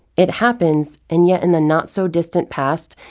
it happens, and yet in the not-so-distant past,